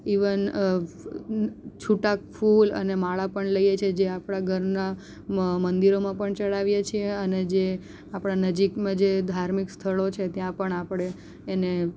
even છૂટક ફૂલ અને માળા પણ લઈએ છે જે આપણા ઘરનાં મંદિરોમાં પણ ચડાવીએ છીએ અને જે આપણા નજીકમાં જે ધાર્મિક સ્થળો છે ત્યાં પણ આપણે એને